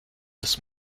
das